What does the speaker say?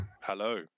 Hello